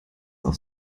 auf